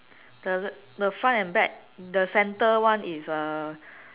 the the front and back the centre one is uh